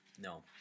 No